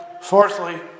Fourthly